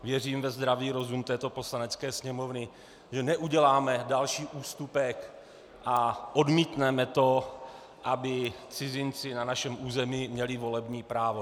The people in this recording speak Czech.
Věřím ve zdravý rozum této Poslanecké sněmovny, že neuděláme další ústupek a odmítneme to, aby cizinci na našem území měli volební právo.